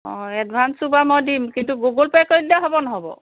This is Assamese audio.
অঁ এডভাঞ্চটো বাৰু মই দিম কিন্তু গুগুল পে' কৰি দিলে হ'ব নহ'ব